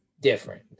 different